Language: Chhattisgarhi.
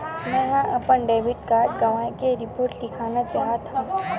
मेंहा अपन डेबिट कार्ड गवाए के रिपोर्ट लिखना चाहत हव